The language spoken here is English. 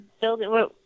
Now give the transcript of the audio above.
building